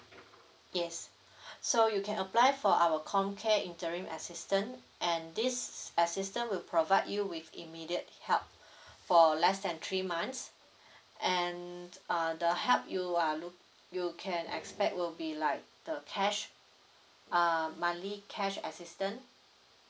yes so you can apply for our comcare interim assistance and this assistance will provide you with immediate help for less than three months and uh the help you are look you can expect will be like the cash uh monthly cash assistance